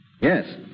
Yes